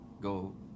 go